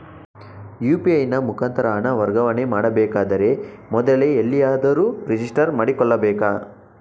UPI ನ ಮುಖಾಂತರ ಹಣ ವರ್ಗಾವಣೆ ಮಾಡಬೇಕಾದರೆ ಮೊದಲೇ ಎಲ್ಲಿಯಾದರೂ ರಿಜಿಸ್ಟರ್ ಮಾಡಿಕೊಳ್ಳಬೇಕಾ?